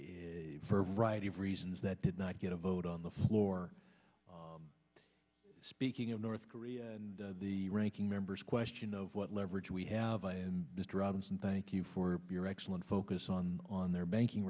for variety of reasons that did not get a vote on the floor speaking of north korea and the ranking members question of what leverage we have and the dragoons and thank you for your excellent focus on on their banking